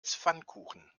pfannkuchen